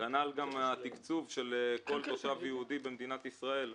כנ"ל גם התקצוב של כל תושב יהודי במדינת ישראל,